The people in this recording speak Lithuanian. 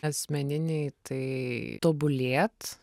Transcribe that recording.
asmeniniai tai tobulėt